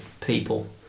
people